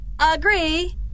agree